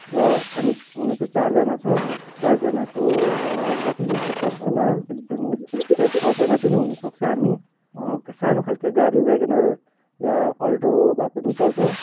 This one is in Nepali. र हामी हुनु चाहिँ चारजना छ चारजनाको कति जस्तो पर्छ होला अनि सायद छजना पनि हुनुसक्छ हामी सानो खालको गाडी व्यागेनर या अल्टो भए पनि चल्छ